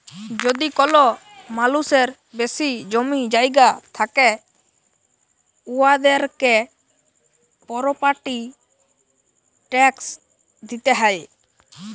যদি কল মালুসের বেশি জমি জায়গা থ্যাকে উয়াদেরকে পরপার্টি ট্যাকস দিতে হ্যয়